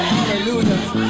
Hallelujah